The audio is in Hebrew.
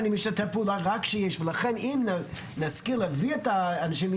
ולכן אם נשכיל להביא את האנשים,